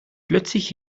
plötzlich